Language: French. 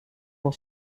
pour